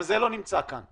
גם זה לא נמצא כאן.